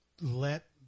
let